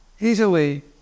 easily